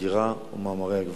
ההגירה ומעברי הגבול.